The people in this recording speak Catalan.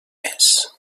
mes